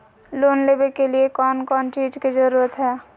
Loan लेबे के लिए कौन कौन चीज के जरूरत है?